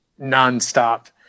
nonstop